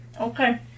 Okay